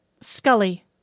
Scully